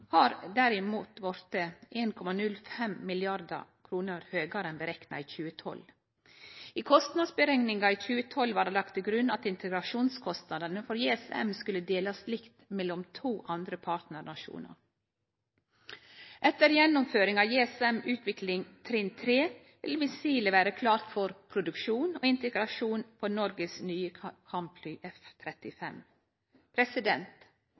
har derimot blitt 1,05 mrd. kr høgare enn rekna med i 2012. I kostnadsutrekningane i 2012 var det lagt til grunn at integrasjonskostnadene for JSM skulle delast likt med to andre partnarnasjonar. Etter gjennomføringa av JSM utvikling trinn 3 vil missilet vere klart for produksjon og integrasjon i Noregs nye